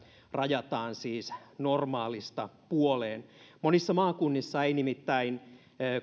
rajataan siis normaalista puoleen monissa maakunnissa ei nimittäin